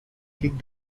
kick